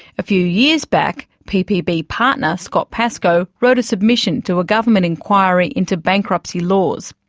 a few years back ppb partner scott pascoe wrote a submission to a government inquiry into bankruptcy laws.